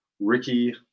Ricky